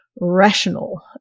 Rational